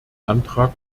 antrag